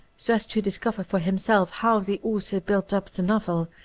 so as to discover for himself how the author built up the novel,